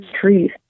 trees